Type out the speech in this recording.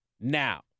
now